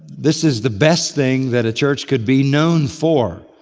this is the best thing that a church can be known for,